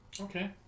Okay